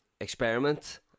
experiment